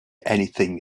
anything